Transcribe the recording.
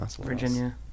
Virginia